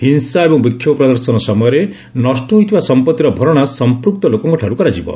ହିଂସା ଏବଂ ବିକ୍ଷୋଭ ପ୍ରଦର୍ଶନ ସମୟରେ ନଷ୍ଟ ହୋଇଥିବା ସମ୍ପଭିର ଭରଣା ସମ୍ପୃକ୍ତ ଲୋକଙ୍କଠାରୁ କରାଯିବ